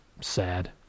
sad